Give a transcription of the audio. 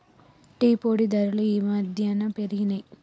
tea పొడి ధరలు ఈ మధ్యన పెరిగినయ్